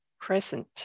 present